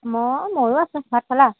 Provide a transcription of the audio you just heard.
মই মইয়ো আছোঁ ভাত খালা